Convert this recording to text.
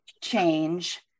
change